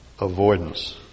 avoidance